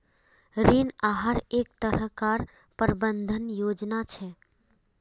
ऋण आहार एक तरह कार प्रबंधन योजना छे